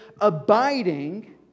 abiding